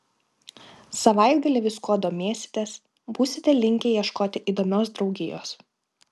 savaitgalį viskuo domėsitės būsite linkę ieškoti įdomios draugijos